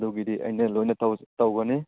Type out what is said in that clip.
ꯑꯗꯨꯒꯤꯗꯤ ꯑꯩꯅ ꯂꯣꯏꯅ ꯇꯧꯒꯅꯤ